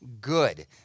good